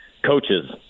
coaches